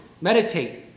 meditate